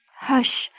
hush!